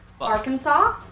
Arkansas